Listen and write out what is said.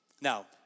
Now